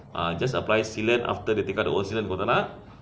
ah just apply sealant after they take out old sealant kau tak nak